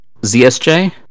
zsj